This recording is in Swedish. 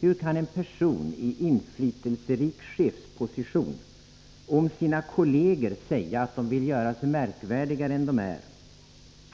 Hur kan en person i inflytelserik chefsposition om sina kolleger säga att de vill göra sig märkvärdigare än de är,